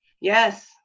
Yes